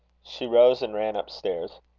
she rose and ran up stairs.